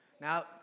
Now